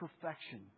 perfection